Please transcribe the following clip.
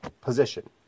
position